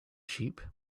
sheep